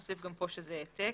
נוסיף גם כאן שזה העתק.